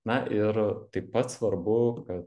na ir taip pat svarbu ka